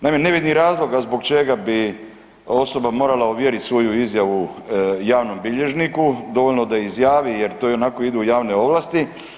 Naime, ne vidim razloga zbog čega bi osoba morala ovjeriti svoju izjavu javnom bilježniku, dovoljno je da izjavi jer to ionako ide u javne ovlasti.